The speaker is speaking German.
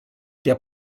der